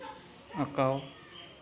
ᱟᱸᱠᱟᱣ